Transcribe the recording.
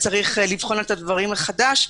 צריך לבחון את הדברים מחדש,